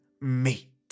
meet